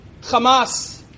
Hamas